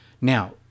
Now